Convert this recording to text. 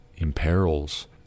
imperils